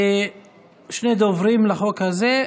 שני דוברים לחוק הזה.